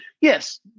Yes